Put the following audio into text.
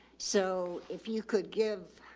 so if you could give